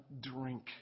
drink